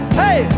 hey